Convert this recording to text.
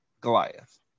Goliath